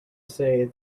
say